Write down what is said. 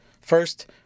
First